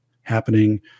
happening